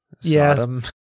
Sodom